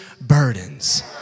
burdens